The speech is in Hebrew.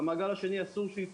אסור שהמעגל השני ייפגע.